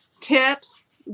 tips